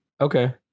Okay